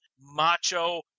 macho